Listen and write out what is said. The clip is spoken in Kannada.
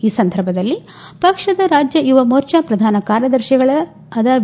ಈ ಸಂದರ್ಭದಲ್ಲಿ ಪಕ್ಷದ ರಾಜ್ಯ ಯುವಮೋರ್ಚಾ ಪ್ರಧಾನ ಕಾರ್ಯದರ್ತಿಗಳಾದ ಬಿ